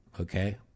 okay